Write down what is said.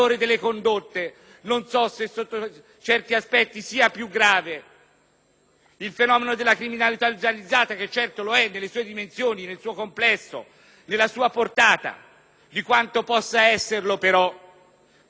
il fenomeno della criminalità organizzata, che certamente lo è nelle sue dimensioni, nel suo complesso, nella sua portata, di quanto possa esserlo però, proprio per quella fiducia che il cittadino necessariamente deve avere verso le istituzioni,